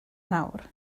nawr